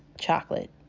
chocolate